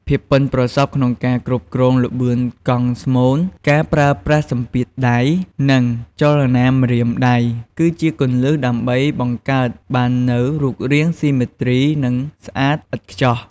ភាពប៉ិនប្រសប់ក្នុងការគ្រប់គ្រងល្បឿនកង់ស្មូន ការប្រើប្រាស់សម្ពាធដៃ និងចលនាម្រាមដៃ គឺជាគន្លឹះដើម្បីបង្កើតបាននូវរូបរាងស៊ីមេទ្រី និងស្អាតឥតខ្ចោះ។